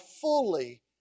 fully